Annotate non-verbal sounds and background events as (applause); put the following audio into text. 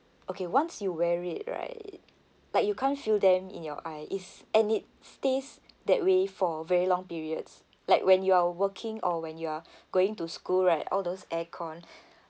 okay once you wear it right like you can't feel them in your eye is and it stays that way for very long periods like when you're working or when you are going to school right all those aircon (breath)